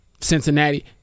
Cincinnati